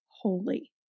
holy